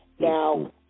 Now